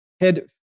head